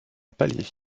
palier